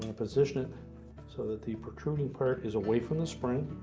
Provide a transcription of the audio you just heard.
position it so that the protruding part is away from the spring.